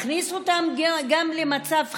מכניס אותם גם למצב חירומי,